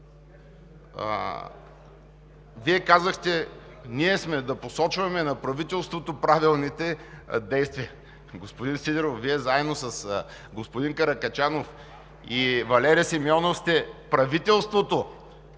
Вие казахте: ние сме да посочваме на правителството правилните действия. Господин Сидеров, Вие заедно с господин Каракачанов и Валери Симеонов сте правителството.